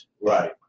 Right